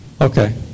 Okay